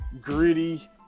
gritty